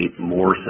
more